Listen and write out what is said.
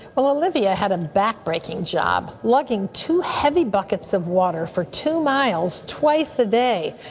olivia had a back-breaking job, lugging two heavy buckets of water for two miles twice a day.